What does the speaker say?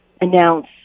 announce